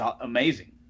amazing